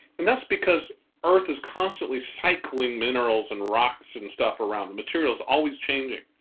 and that's because earth is constantly cycling minerals and rocks and stuff around. materials always changing.